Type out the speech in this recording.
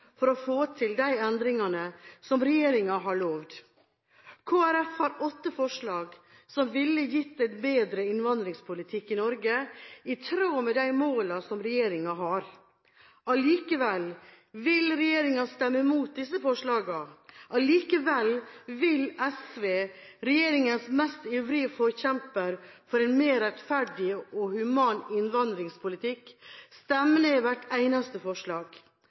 for å få til de endringene som regjeringen har lovet. Kristelig Folkeparti har åtte forslag som ville gitt en bedre innvandringspolitikk i Norge, i tråd med de målene som regjeringen har. Likevel vil regjeringspartiene stemme imot disse forslagene. Likevel vil SV, regjeringens ivrigste forkjemper for en mer rettferdig og human innvandringspolitikk, stemme ned hvert eneste forslag.